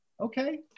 okay